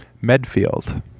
Medfield